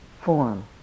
form